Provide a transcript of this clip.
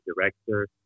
director